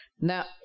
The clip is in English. Now